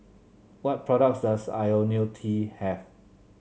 what products does IoniL T have